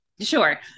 Sure